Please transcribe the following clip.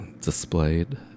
displayed